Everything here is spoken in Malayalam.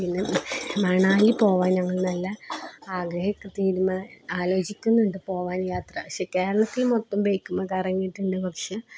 പിന്നെ മണാലി പോകാന് ഞങ്ങൾ നല്ല ആലോചിക്കുന്നുണ്ട് പോകാൻ യാത്ര പക്ഷെ കേരളത്തിൽ മൊത്തം ബൈക്കില് കറങ്ങിയിട്ടുണ്ട് പക്ഷെ